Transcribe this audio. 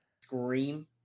scream